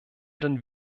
den